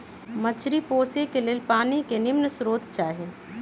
मछरी पोशे के लेल पानी के निम्मन स्रोत चाही